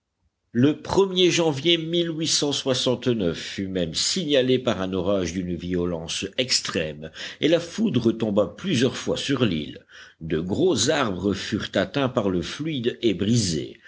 le er janvier fut même signalé par un orage d'une violence extrême et la foudre tomba plusieurs fois sur l'île de gros arbres furent atteints par le fluide et brisés